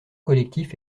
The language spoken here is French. collectif